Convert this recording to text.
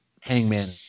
hangman